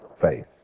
faith